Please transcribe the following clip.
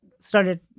started